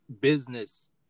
business